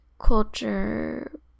culture